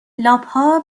لاپها